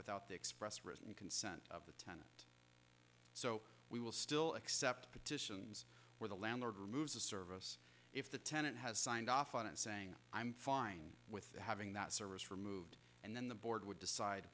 without the express written consent of the so we will still accept petitions where the landlord removes a service if the tenant has signed off on and saying i'm fine with having that service for moved and then the board would decide